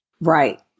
Right